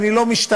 אני לא משתמש,